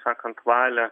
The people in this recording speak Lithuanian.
sakant valią